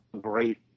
great